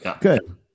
good